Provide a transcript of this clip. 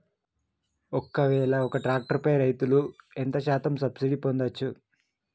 ఒక్కవేల ఒక్క ట్రాక్టర్ పై రైతులు ఎంత శాతం సబ్సిడీ పొందచ్చు?